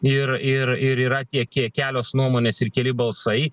ir ir ir yra tiek kiek kelios nuomonės ir keli balsai